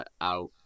out